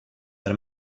per